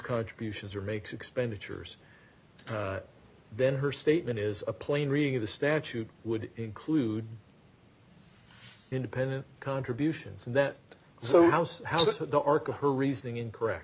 contributions or makes expenditures then her statement is a plain reading of the statute would include independent contributions and that so house how the arc of her reasoning in correct